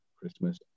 Christmas